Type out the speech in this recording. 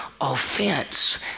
offense